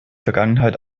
vergangenheit